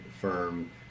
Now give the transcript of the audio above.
firm